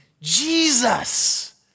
Jesus